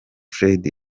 fred